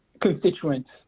constituents